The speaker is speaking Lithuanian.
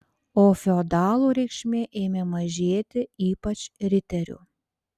o feodalų reikšmė ėmė mažėti ypač riterių